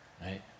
right